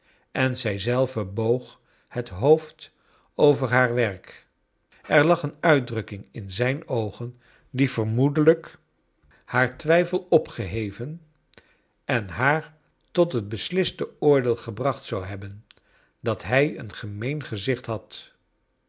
en zij zelve boog het hoofd over haar werk er lag een uitdrukking in zijn oogen die vermoedelijk haar twijfel opgeheven en haar tot het besliste oordeel gebracht zou hobben dat hij eon gemeen gezicht had